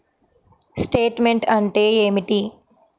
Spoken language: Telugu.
స్టేట్మెంట్ అంటే ఏమిటి?